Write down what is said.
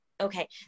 Okay